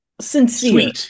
sincere